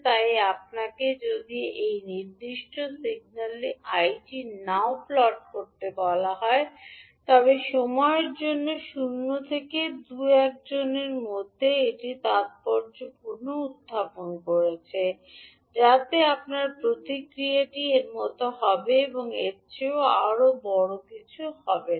তাই আপনাকে যদি এই নির্দিষ্ট সিগন্যালে I টি নাও প্লট করতে বলা হয় তবে সময়ের জন্য শূন্য থেকে দুএকজনের মধ্যে এটি তাত্পর্যপূর্ণভাবে উত্থাপন করছে যাতে আপনার প্রতিক্রিয়াটি এর মতো হবে এবং এর চেয়ে আরও বড় কিছু হবে না